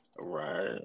Right